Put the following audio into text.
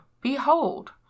behold